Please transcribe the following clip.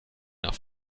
auf